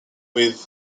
with